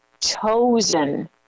chosen